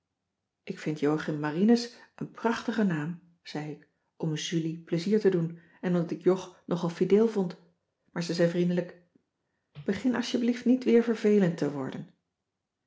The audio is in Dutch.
ik vind joachim marinus een prachtige naam zei ik om julie plezier te doen en omdat ik jog nogal fideel vond maar ze zei vriendelijk begin asjeblieft niet weer vervelend te worden